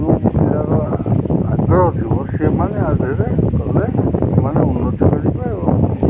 ଯେଉଁ ପିଲାର ଆଗ୍ରହ ଥିବ ସେମାନେ ୟା ଦେହରେ କଲେ ସେମାନେ ଉନ୍ନତି ମିିଳିବେ ଏବଂ